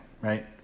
right